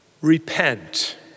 Repent